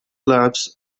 lives